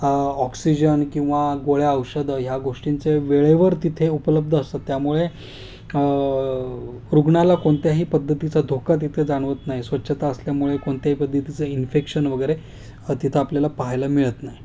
oxygen किंवा गोळ्या औषध ह्या गोष्टींचे वेळेवर तिथे उपलब्ध असतात त्यामुळे रुग्णाला कोणत्याही पद्धतीचा धोका तिथे जाणवत नाही स्वच्छता असल्यामुळे कोणत्याही पद्धतीचं इन्फेक्शन वगैरे तिथं आपल्याला पाहायला मिळत नाही